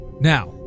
Now